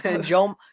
Joe